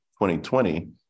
2020